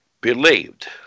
believed